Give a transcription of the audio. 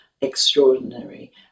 extraordinary